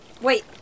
Wait